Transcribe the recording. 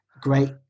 great